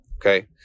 Okay